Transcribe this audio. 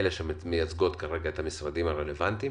ככאלה שמייצגות את המשרדים הרלוונטיים.